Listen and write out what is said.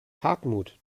hartmut